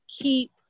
keep